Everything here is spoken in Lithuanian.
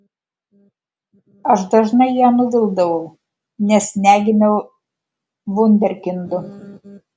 aš dažnai ją nuvildavau nes negimiau vunderkindu